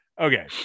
Okay